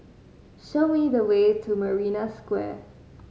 show me the way to Marina Square